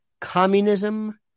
communism